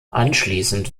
anschließend